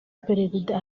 perezida